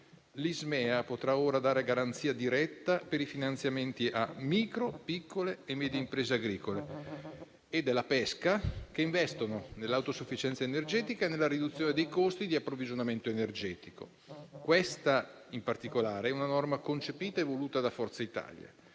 (Ismea) potrà ora dare garanzia diretta per i finanziamenti a micro, piccole e medie imprese agricole e della pesca, che investono nell'autosufficienza energetica e nella riduzione dei costi di approvvigionamento energetico. Questa, in particolare, è una norma concepita e voluta da Forza Italia.